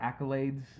accolades